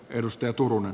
edustaja turun